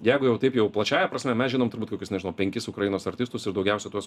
jeigu jau taip jau plačiąja prasme mes žinom turbūt kokius penkis ukrainos artistus ir daugiausia tuos